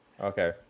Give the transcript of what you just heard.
Okay